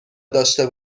داشته